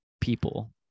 people